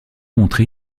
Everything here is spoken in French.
montré